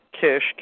kish